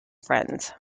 friends